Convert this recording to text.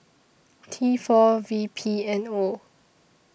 T four V P N O